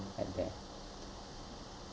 at there